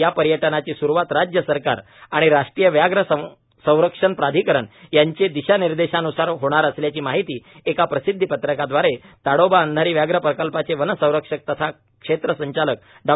या पर्यटनाची सूरुवात राज्य सरकार आणि राष्ट्रीय व्याघ्र संरक्षण प्राधिकरण यांचे दिशानिर्देशान्सार सुरू होणार असल्याची माहिती एका प्रसिदधीपत्रकादवारे ताडोबा अंधारी व्याघ्र प्रकल्पाचे वनसंरक्षक तथा क्षेत्र संचालक डॉ